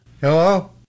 Hello